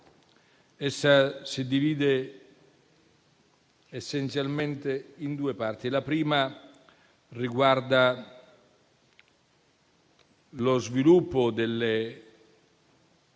si divide essenzialmente in due parti: la prima riguarda lo sviluppo delle